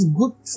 good